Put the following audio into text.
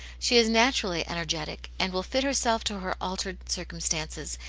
she is naturally energetic, and will fit herself to her altered circumstances,